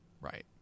Right